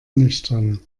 nüchtern